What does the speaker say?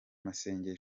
masengo